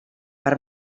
per